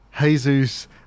Jesus